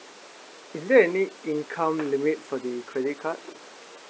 is there any income limit for the credit card